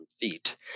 feet